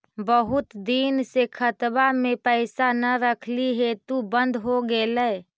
बहुत दिन से खतबा में पैसा न रखली हेतू बन्द हो गेलैय?